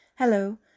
Hello